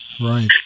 right